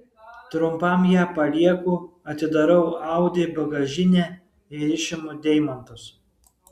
trumpam ją palieku atidarau audi bagažinę ir išimu deimantus